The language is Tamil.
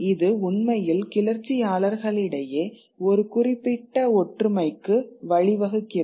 இது உண்மையில் கிளர்ச்சியாளர்களிடையே ஒரு குறிப்பிட்ட ஒற்றுமைக்கு வழிவகுக்கிறது